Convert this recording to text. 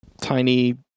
tiny